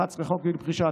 11. חוק גיל פרישה,